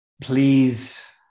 Please